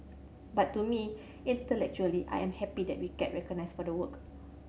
but to me intellectually I am happy that we get recognised for the work